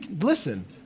listen